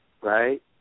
right